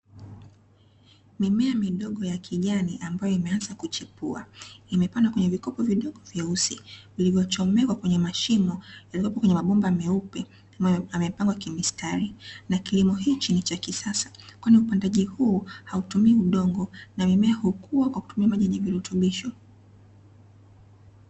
Mimea midogo ya kijani ambayo imeanza kuchipua, imepandwa kwenye vikopo vidogo vyeusi, vilivyochomekwa kwenye mashimo yaliyoko kwenye mabomba meupe, ambayo yamepangwa kimistari. Na kilimo hiki nicha kisasa kwani, upandaji huu hautumii udongo na mimea hukua kwa kutumia maji yenye virutubisho.